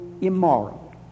immoral